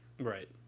Right